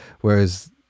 whereas